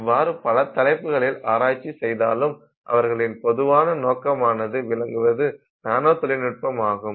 இவ்வாறு பல தலைப்புகளில் ஆராய்ச்சி செய்தாலும் அவர்களின் பொதுவான நோக்கமாக விளங்குவது நானோ தொழில்நுட்பம் ஆகும்